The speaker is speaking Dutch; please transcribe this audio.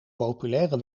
populaire